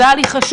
זה היה לי חשוב.